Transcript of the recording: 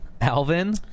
Alvin